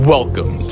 Welcome